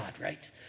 right